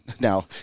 Now